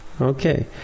Okay